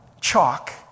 chalk